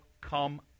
come